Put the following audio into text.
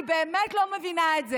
אני באמת לא מבינה את זה.